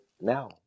now